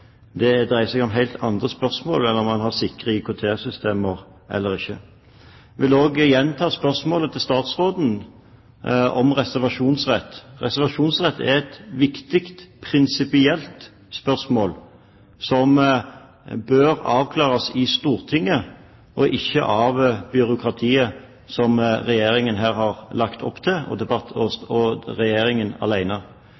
Det dreier seg om helt andre spørsmål enn om man har sikre IKT-systemer eller ikke. Jeg vil gjenta spørsmålet til statsråden om reservasjonsrett. Reservasjonsrett er et viktig prinsipielt spørsmål som bør avklares i Stortinget og ikke av byråkratiet, som Regjeringen her har lagt opp til,